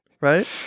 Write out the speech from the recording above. Right